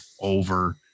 over